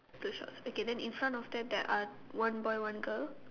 the shorts okay then in front of that there are one boy one girl